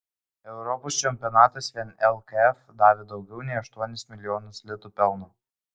europos čempionatas vien lkf davė daugiau nei aštuonis milijonus litų pelno